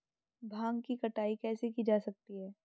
भांग की कटाई कैसे की जा सकती है?